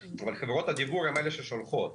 אבל חברות הדיוור הן אלה ששולחות.